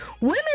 women